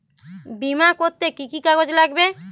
বিমা করতে কি কি কাগজ লাগবে?